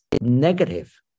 negative